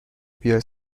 بیای